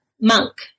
monk